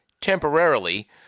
temporarily